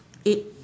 eight